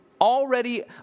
already